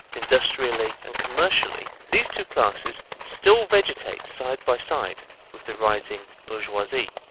industrially and commercially, these two classes still vegetate side by side with the rising bourgeoisie.